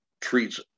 treats